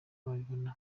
babibona